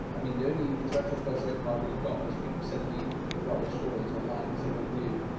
i mean the only international first way prior really got was people sending me rubbish stories online cause everyone knew.